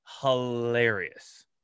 hilarious